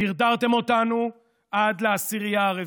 דרדרתם אותנו עד לעשיריה הרביעית.